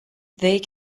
they